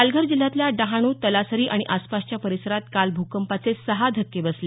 पालघर जिल्ह्यातल्या डहाणू तलासरी आणि आसपासच्या परिसरात काल भूकंपाचे सहा धक्के बसले